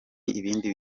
ibindi